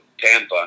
Tampa